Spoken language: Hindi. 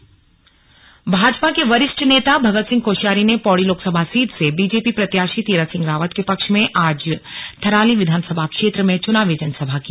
कोश्यारी जनसभा भाजपा के वरिष्ठ नेता भगत सिंह कोश्यारी ने पौड़ी लोकसभा सीट से बीजेपी प्रत्याशी तीरथ सिंह रावत के पक्ष में आज थराली विधानसभा क्षेत्र में चुनावी जनसभा की